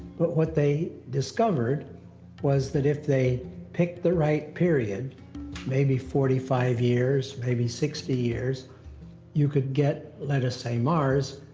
but what they discovered was that if they picked the right period maybe forty five years, maybe sixty years you could get, let us say mars,